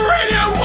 Radio